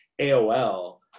aol